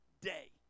day